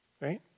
right